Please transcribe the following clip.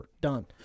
done